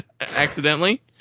accidentally